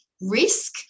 risk